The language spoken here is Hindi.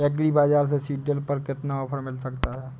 एग्री बाजार से सीडड्रिल पर कितना ऑफर मिल सकता है?